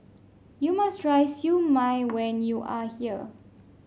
you must try Siew Mai when you are here